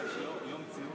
נא תפסו את מקומותיכם.